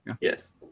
Yes